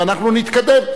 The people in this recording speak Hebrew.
ואנחנו נתקדם.